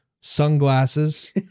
sunglasses